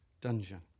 dungeon